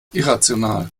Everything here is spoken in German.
irrational